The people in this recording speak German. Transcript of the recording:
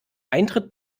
eintritt